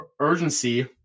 urgency